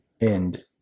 And-